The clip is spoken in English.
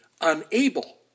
unable